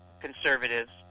conservatives